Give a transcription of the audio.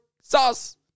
sauce